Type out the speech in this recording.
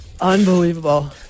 Unbelievable